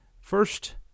first